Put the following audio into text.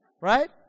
right